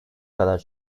kadar